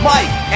Mike